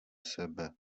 sebe